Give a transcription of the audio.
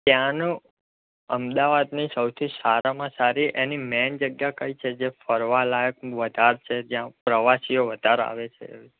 ત્યાંનો અમદાવાદની સૌથી સારામાં સારી એની મેન જગ્યા કઈ છે જે ફરવાલાયક વધારે છે જ્યાં પ્રવાસીઓ વધારે આવે છે એવી